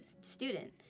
student